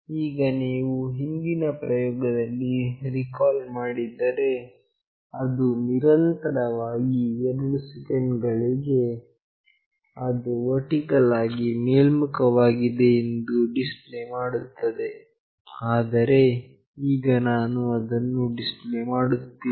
ಈಗ ನೀವು ಹಿಂದಿನ ಪ್ರಯೋಗವನ್ನು ರೀಕಾಲ್ ಮಾಡಿದರೆ ಅದು ನಿರಂತರವಾಗಿ 2 ಸೆಕೆಂಡ್ ಗಳಿಗೆ ಅದು ವರ್ಟಿಕಲ್ ಆಗಿ ಮೇಲ್ಮುಖವಾಗಿದೆ ಎಂದು ಡಿಸ್ಪ್ಲೇ ಮಾಡುತ್ತದೆ ಆದರೆ ಈಗ ನಾನು ಅದನ್ನು ಡಿಸ್ಪ್ಲೇ ಮಾಡುತ್ತಿಲ್ಲ